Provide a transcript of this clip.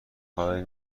خبری